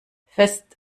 fest